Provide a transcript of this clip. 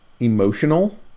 Emotional